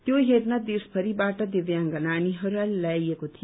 त्यो हेर्न देशभरिबाट दिव्यांग नानीहरूलाई ल्याइएको थियो